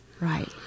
Right